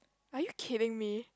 are you kidding me